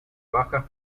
bajas